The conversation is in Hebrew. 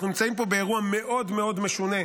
אנחנו נמצאים פה באירוע מאוד מאוד משונה,